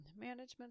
management